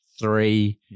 three